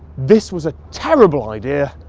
this was a terrible idea,